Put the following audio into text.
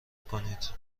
کنید